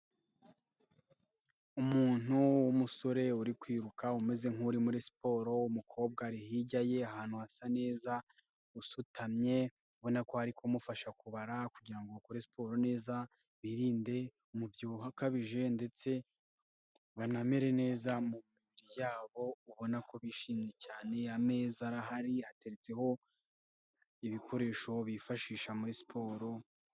Umuntu w'umusore uri kwiruka, umeze nk'uri muri siporo, umukobwa ari hirya ye ahantu hasa neza, usutamye, ubona ko ari kumufasha kubara kugira ngo bakore siporo neza, birinde umubyibuho ukabije ndetse banamere neza mu mibiri yabo, ubona ko bishimye cyane, ameza arahari, hateretseho ibikoresho bifashisha muri siporo.